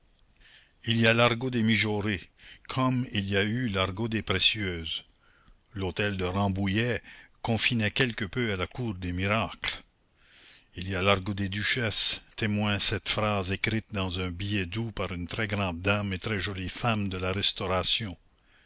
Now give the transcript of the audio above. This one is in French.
il y a l'argot des mijaurées comme il y a eu l'argot des précieuses l'hôtel de rambouillet confinait quelque peu à la cour des miracles il y a l'argot des duchesses témoin cette phrase écrite dans un billet doux par une très grande dame et très jolie femme de la restauration